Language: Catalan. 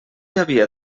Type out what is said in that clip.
havia